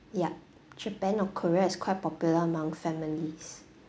yup japan or korea is quite popular among families